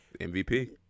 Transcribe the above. MVP